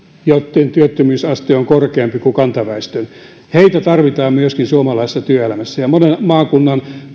joitten työttömyysaste on korkeampi kuin kantaväestön myöskin heitä tarvitaan suomalaisessa työelämässä ja monen maakunnan